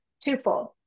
Twofold